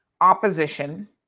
opposition